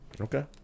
Okay